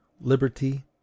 liberty